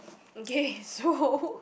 okay so